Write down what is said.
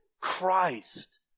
Christ